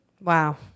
Wow